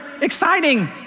exciting